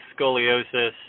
scoliosis